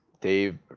Dave